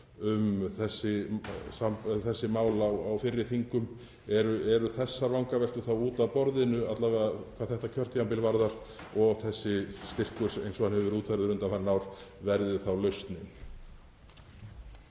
um þessi mál á fyrri þingum. Eru þessar vangaveltur þá út af borðinu, alla vega hvað þetta kjörtímabil varðar, þannig að þessi styrkur eins og hann hefur verið útfærður undanfarin ár verði lausnin?